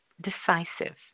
decisive